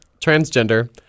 transgender